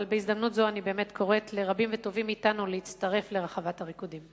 אבל בהזדמנות זו אני קוראת לרבים וטובים מאתנו להצטרף לרחבת הריקודים.